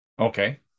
Okay